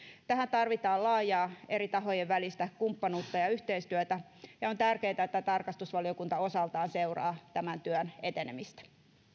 tähän tarvitaan laajaa eri tahojen välistä kumppanuutta ja yhteistyötä ja on tärkeätä että tarkastusvaliokunta osaltaan seuraa tämän työn etenemistä